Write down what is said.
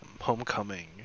Homecoming